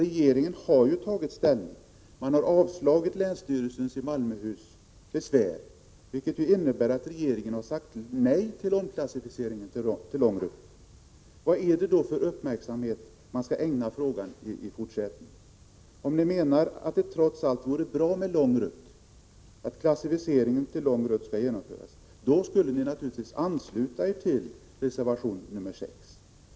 1986/87:113 ställning — man har avslagit besvären från länsstyrelsen i Malmöhus län, 29 april 1987 vilket innebär att regeringen har sagt nej till omklassificering till lång rutt. Vad är det då för uppmärksamhet man i fortsättningen skall ägna frågan? Om ni menar att det trots allt vore bra om linjen klassificerades som lång rutt skulle ni naturligtvis ansluta er till reservation nr 6.